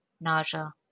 nausea